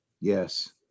Yes